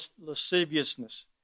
lasciviousness